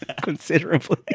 Considerably